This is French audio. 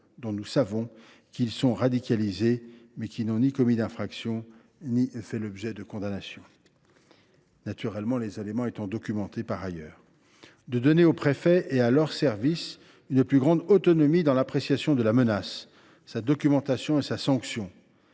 dont nous savons qu’ils sont radicalisés, mais qui n’ont ni commis d’infraction ni fait l’objet de condamnation, ces éléments étant naturellement documentés par ailleurs. Ensuite, elle donne aux préfets et à leurs services une plus grande autonomie dans l’appréciation de la menace, sa documentation et sa sanction.